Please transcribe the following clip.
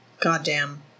Goddamn